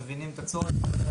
מבינים את הצורך.